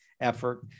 effort